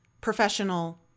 professional